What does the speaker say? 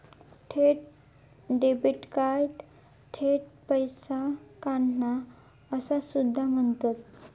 थेट डेबिटाक थेट पैसो काढणा असा सुद्धा म्हणतत